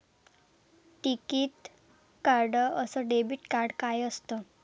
टिकीत कार्ड अस debit card काय असत?